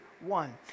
one